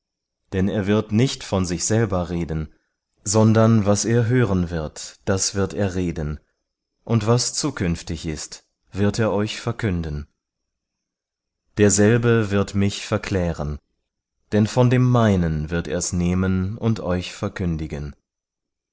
denn er wird nicht von sich selber reden sondern was er hören wird das wird er reden und was zukünftig ist wird er euch verkünden derselbe wird mich verklären denn von dem meinen wird er's nehmen und euch verkündigen